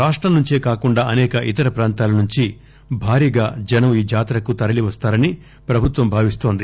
రాష్టం నుంచే కాకుండా అసేక ఇతర ప్రాంతాల నుంచి భారీగా జనం ఈ జాతరకు తరలీ వస్తారని ప్రభుత్వం భావిస్తోంది